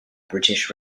british